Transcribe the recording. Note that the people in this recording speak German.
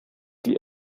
die